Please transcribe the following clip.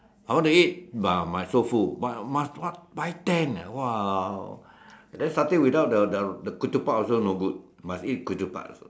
I want to eat but I'm so full but must what buy ten ah !wow! then the satay without the the ketupat also no good must eat with ketupat also